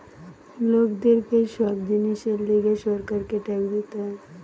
লোকদের কে সব জিনিসের লিগে সরকারকে ট্যাক্স দিতে হয়